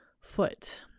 foot